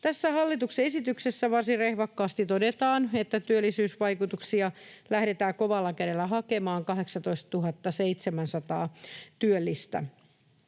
Tässä hallituksen esityksessä varsin rehvakkaasti todetaan, että työllisyysvaikutuksia lähdetään kovalla kädellä hakemaan, 18 700 työllistä